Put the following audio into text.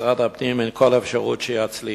משרד הפנים, אין כל אפשרות שיצליחו.